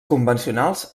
convencionals